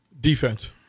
Defense